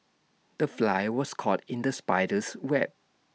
the fly was caught in the spider's web